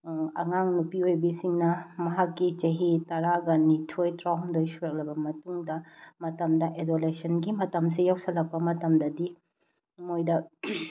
ꯑꯉꯥꯡ ꯅꯨꯄꯤ ꯑꯣꯏꯕꯤꯁꯤꯡꯅ ꯃꯍꯥꯛꯀꯤ ꯆꯍꯤ ꯇꯔꯥꯒ ꯅꯤꯊꯣꯏ ꯇꯔꯥꯍꯨꯝꯗꯣꯏ ꯁꯨꯔꯛꯂꯕ ꯃꯇꯨꯡꯗ ꯃꯇꯝꯗ ꯑꯦꯗꯣꯂꯦꯁꯟꯒꯤ ꯃꯇꯝꯁꯦ ꯌꯧꯁꯤꯜꯂꯛꯄ ꯃꯇꯝꯗꯗꯤ ꯃꯣꯏꯗ